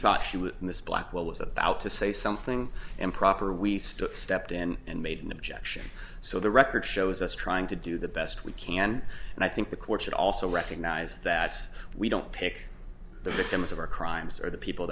thought she would miss blackwell was about to say something improper we still stepped in and made an objection so the record shows us trying to do the best we can and i think the court should also recognize that we don't pick the victims of our crimes or the people